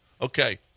Okay